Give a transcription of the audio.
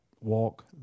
walk